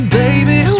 baby